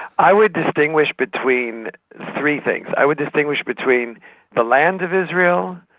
i would distinguish between three things. i would distinguish between the land of israel,